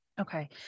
Okay